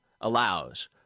allows